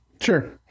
Sure